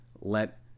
let